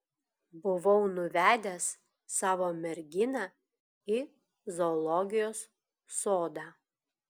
buvau nuvedęs savo merginą į zoologijos sodą